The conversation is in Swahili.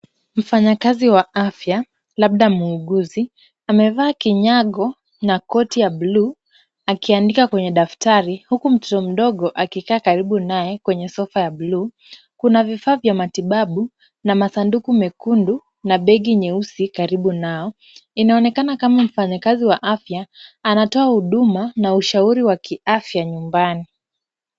Mfanyakazi wa afya, labda muuguzi, Amevaa kinyago na koti ya bluu, akiandika kwenye daftari huku mtoto mdogo akikaa karibu naye kwenye sofa ya bluu, kuna vifaa vya matibabu, na masanduku mekundu na begi nyeusi, karibu nao. Inaonekana kama mfanyakazi wa afya anatoa huduma na ushauri wa kiafya nyumbani.